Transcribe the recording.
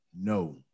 No